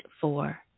four